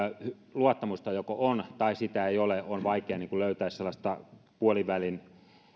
luottamusta joko on tai sitä ei ole on vaikea löytää sellaista puolivälin